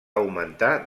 augmentar